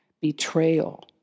betrayal